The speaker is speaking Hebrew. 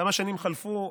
כמה שנים חלפו,